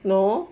no